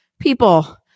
People